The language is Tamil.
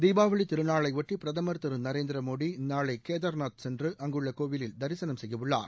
தீபாவளி திருநாளையொட்டி பிரதமர் திரு நரேந்திர மோடி நாளை கேதர்நாத் சென்று அங்குள்ள கோவிலில் தரிசனம் செய்ய உள்ளார்